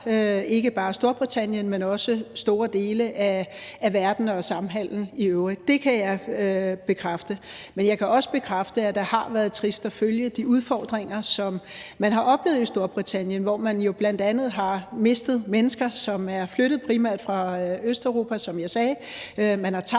ikke bare Storbritannien, men også store dele af verden og samhandelen i øvrigt. Det kan jeg bekræfte. Men jeg kan også bekræfte, at det har været trist at følge de udfordringer, som man har oplevet i Storbritannien, hvor man jo bl.a. har mistet mennesker, primært fra Østeuropa, som er flyttet, som jeg sagde.